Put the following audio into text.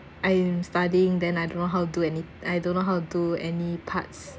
I am studying then I don't know how do any I don't know how to do any parts